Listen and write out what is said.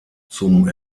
zum